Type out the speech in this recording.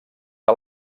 que